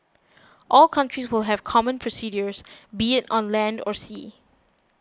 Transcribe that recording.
all countries will have common procedures be it on land or sea